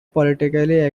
politically